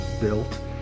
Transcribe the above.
built